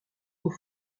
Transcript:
aux